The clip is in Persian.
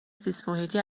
زیستمحیطی